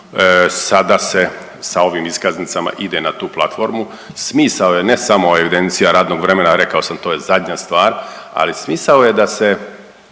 Sada se sa ovim iskaznicama ide na tu platformu. Smisao je ne samo evidencija radnog vremena, rekao sam to je zadnja stvar, ali smisao je da se